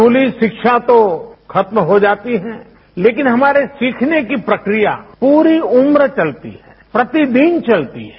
स्कूली शिक्षा तो खत्म हो जाती है लेकिन हमारे सीखने की प्रक्रिया पूरी उम्र चलती है प्रतिदिन चलती है